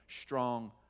strong